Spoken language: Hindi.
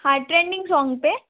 हाँ ट्रेंडिंग सॉन्ग पर